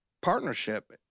partnership